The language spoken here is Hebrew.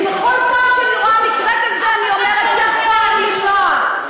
כי בכל פעם שאני רואה מקרה כזה אני אומרת שיכולנו למנוע.